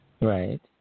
Right